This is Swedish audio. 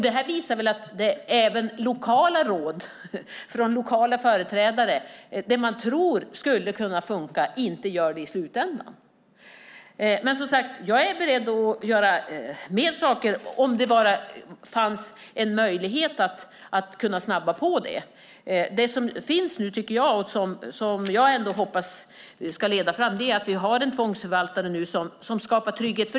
Det visar väl att även lokala råd från lokala företrädare, det man tror skulle kunna fungera, inte fungerar i slutändan. Men jag är, som sagt, beredd att göra mer saker, om det bara fanns en möjlighet att snabba på det. Det som nu finns och som jag hoppas ska leda fram är att vi har en tvångsförvaltare som skapar trygghet.